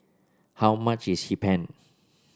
how much is Hee Pan